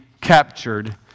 captured